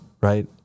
Right